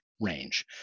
range